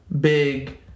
Big